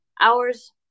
hours